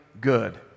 good